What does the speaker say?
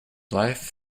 life